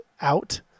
out